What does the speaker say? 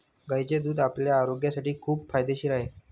गायीचे दूध आपल्या आरोग्यासाठी खूप फायदेशीर आहे